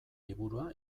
liburua